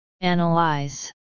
Analyze